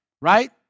right